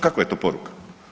Kakva je to poruka?